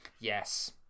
Yes